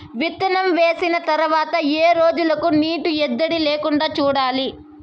విత్తనం వేసిన తర్వాత ఏ రోజులకు నీటి ఎద్దడి లేకుండా చూడాలి?